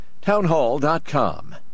Townhall.com